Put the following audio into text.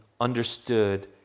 understood